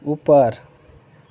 ઉપર